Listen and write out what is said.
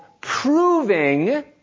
proving